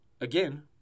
again